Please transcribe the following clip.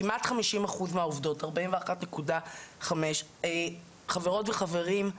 כמעט 50 אחוז מהעובדות, 41.5. חברות וחברים,